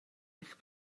eich